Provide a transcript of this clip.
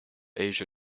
asia